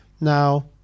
Now